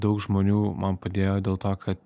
daug žmonių man padėjo dėl to kad